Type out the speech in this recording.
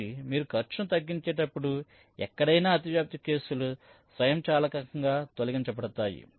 కాబట్టి మీరు ఖర్చును తగ్గించేటప్పుడు ఎక్కడైనా అతివ్యాప్తి కేసులు స్వయంచాలకంగా తొలగించబడతాయి